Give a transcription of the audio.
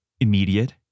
immediate